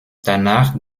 danach